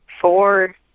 four